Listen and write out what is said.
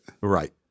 right